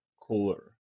cooler